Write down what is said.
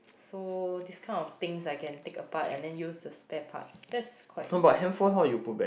so these kind of things I can take apart and then use the spare parts that's quite useful